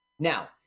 now